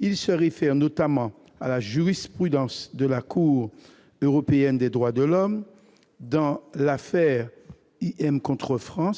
Il se réfère notamment à la jurisprudence de la Cour européenne des droits de l'homme dans l'affaire du 2 février